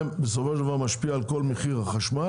בסופו של דבר, זה משפיע על כל מחיר החשמל.